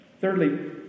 Thirdly